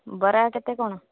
ବରା କେତେ କ'ଣ